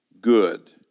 good